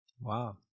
Wow